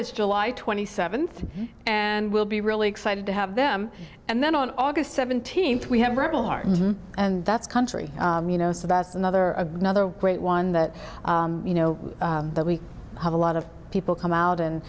is july twenty seventh and we'll be really excited to have them and then on august seventeenth we have and that's country you know so that's another another great one that you know we have a lot of people come out and